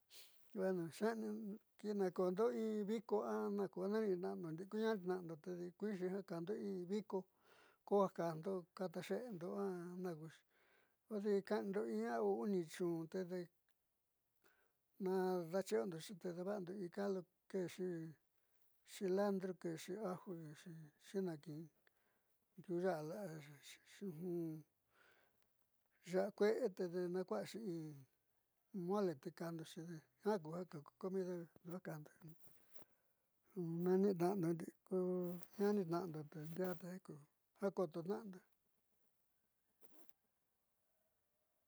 Bueno kii nako'ondo in viko a kaando ndiii kuñaanitna'ando tedi kuinixi kaando in viko koó ja kajndo kataxe'endo a naakuxi kodi ka'anindo in u'u a uni chun tedi nadachi'iondoxi te daava'ando in caldo keexi cilantro keexi aju xeexi chiinakin ndiuuva'a la'a ya'a kue'e tedi naakua'axi in mole te kaajndoxi jiaa ku comida ju kaajndo nanitna'ando ndii kuu ñaánitna'ando te ndiate ku ja kototna'ando.